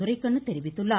துரைக்கண்ணு தெரிவித்துள்ளார்